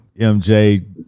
MJ